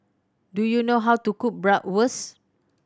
do you know how to cook Bratwurst